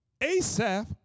Asaph